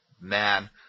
man